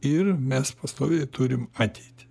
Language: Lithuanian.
ir mes pastoviai turim ateitį